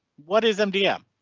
what is mdm?